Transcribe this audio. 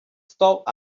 stopped